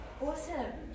Awesome